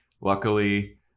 Luckily